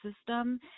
system